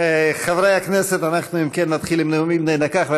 חברי הכנסת, אם כן, אנחנו נתחיל בנאומים בני דקה.